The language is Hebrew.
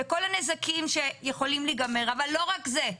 וכל הנזקים שיכולים להיגרם אבל לא רק בגלל זה,